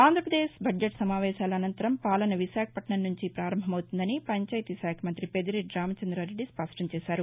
Andhra Pradesh budget సమావేశాల అనతరం పాలన విశాఖపట్టణం నుంచి పారంభమవుతుందని పంచాయితీ శాఖ మంత్రి పెద్దిరెడ్డి రామచంద్రారెడ్డి స్పష్టం చేశారు